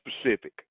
specific